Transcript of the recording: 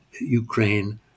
Ukraine